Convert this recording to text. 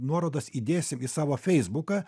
nuorodas įdėsim į savo feisbuką